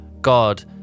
God